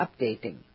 updating